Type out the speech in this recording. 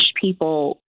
people